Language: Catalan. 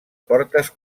portes